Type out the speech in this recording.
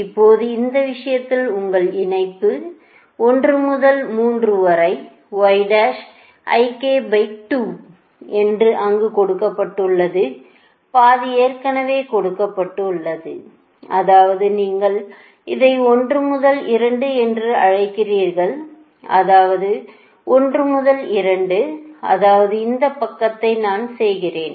இப்போது இந்த விஷயத்தில் உங்கள் இணைப்பு 1 முதல் 2 வரை என்று அங்கு கொடுக்கப்பட்டுள்ளது பாதி ஏற்கனவே கொடுக்கப்பட்டுள்ளது அதாவது நீங்கள் இதை 1 முதல் 2 என்று அழைக்கிறீர்கள் அதாவது 1 முதல் 2 அதாவது இந்த பக்கத்தை நான் செய்கிறேன்